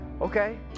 okay